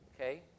Okay